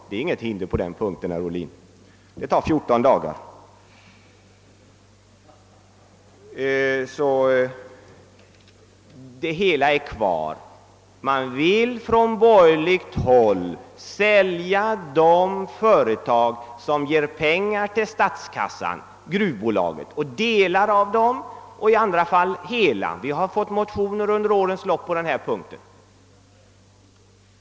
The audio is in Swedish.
Det tar 14 dagar; på den punkten föreligger det alltså inga hinder. Man vill alltså på borgerligt håll sälja de företag som ger pengar till statskassan, i detta fall gruvbolaget. I några fall vill man sälja delar av företagen och i andra fall hela företagen. Det har under årens lopp väckts motioner på denna punkt.